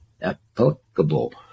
applicable